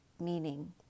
meaning